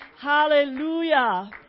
Hallelujah